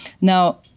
Now